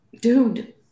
dude